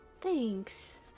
Thanks